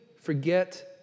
forget